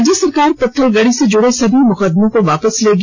राज्य सरकार पत्थलगड़ी से जुड़े सभी मुकदमों को वापस लेगी